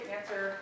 answer